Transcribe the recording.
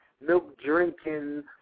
milk-drinking